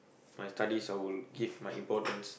my studies I will give my importance